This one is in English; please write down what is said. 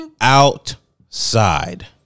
Outside